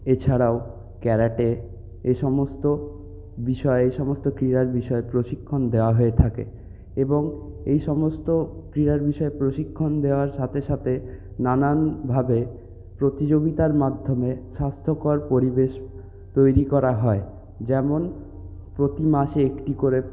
এছাড়াও ক্যারাটে এ সমস্ত বিষয়ে এ সমস্ত ক্রীড়ার বিষয়ে প্রশিক্ষণ দেওয়া হয়ে থাকে এবং এই সমস্ত ক্রীড়ার বিষয়ে প্রশিক্ষণ দেওয়ার সাথে সাথে নানানভাবে প্রতিযোগিতার মাধ্যমে স্বাস্থ্যকর পরিবেশ তৈরি করা হয় যেমন প্রতি মাসে একটি করে